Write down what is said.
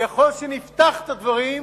ככל שנפתח את הדברים,